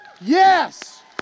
Yes